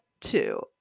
two